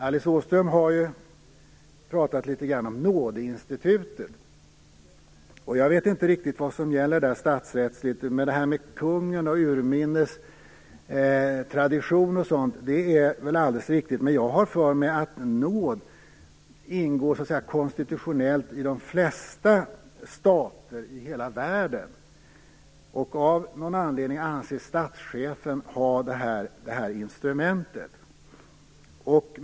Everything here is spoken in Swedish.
Alice Åström har ju pratat litet grand om Nådeinstitutet. Jag vet inte riktigt vad som gäller där statsrättsligt. Det här med kungen och urminnes tradition och sådant är väl alldeles riktigt, men jag har för mig att nåd ingår konstitutionellt i de flesta stater i hela världen. Av någon anledning anses statschefen ha det här instrumentet.